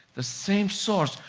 the same source.